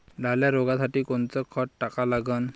लाल्या रोगासाठी कोनचं खत टाका लागन?